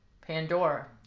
Pandora